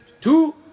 two